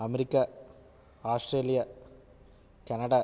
America Australia Canada